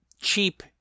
cheap